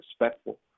respectful